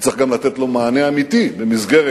וצריך גם לתת לו מענה אמיתי במסגרת